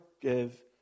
give